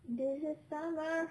this is summer